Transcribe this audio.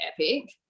epic